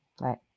Right